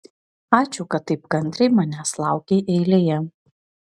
ačiū kad taip kantriai manęs laukei eilėje